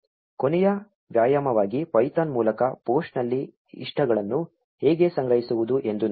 ಕೊನೆಯ ವ್ಯಾಯಾಮವಾಗಿ ಪೈಥಾನ್ ಮೂಲಕ ಪೋಸ್ಟ್ನಲ್ಲಿ ಇಷ್ಟಗಳನ್ನು ಹೇಗೆ ಸಂಗ್ರಹಿಸುವುದು ಎಂದು ನೋಡೋಣ